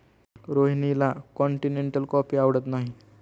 रोहिणीला continental coffee आवडत नाही